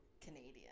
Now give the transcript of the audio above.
Canadian